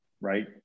right